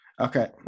okay